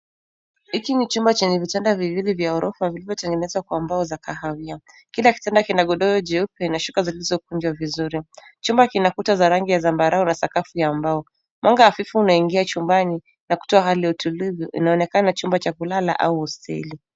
Hiki ni chumba chenye vitanda viwili vya ghorofa vilivyotegenezwa kwa mbao za kahawia. Kila kitanda kina godoro jeupe na shuka zilizokunjwa vizuri. Chumba kina kuta za rangi ya zambarau na sakafu ya mbao. Mwanga hafifu unaingia chumbani na kutoa hali ya utulivu. Inaonekana chumba cha kulala au hosteli.